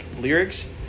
lyrics